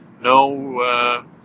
no